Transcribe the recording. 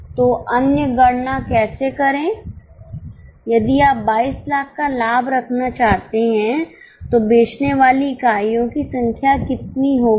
तो अन्य गणना कैसे करें यदि आप 2200000 का लाभ रखना चाहते हैं तो बेचने वाली इकाइयों की संख्या कितनी होगी